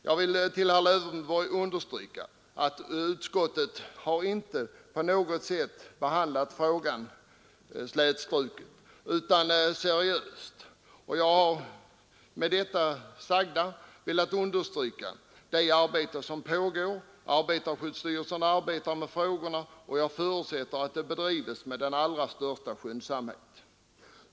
Jag vill för herr Lövenborg framhålla att utskottet inte på något sätt behandlat denna fråga slätstruket, utan seriöst. Jag har med det sagda velat visa på det arbete som pågår; arbetarskyddsstyrelsen arbetar med frågan, och jag förutsätter att det arbetet bedrivs med den allra största skyndsamhet.